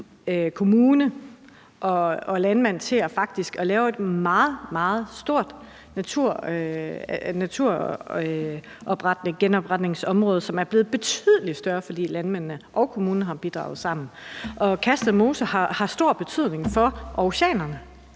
sammen i forhold til at lave et meget, meget stort naturgenopretningsområde, som er blevet betydelig større, fordi landmændene og kommunen har bidraget sammen. Og Kasted Mose har stor betydning for aarhusianerne;